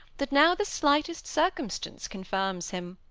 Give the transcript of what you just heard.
that now the slightest circumstance confirms him,